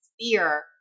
fear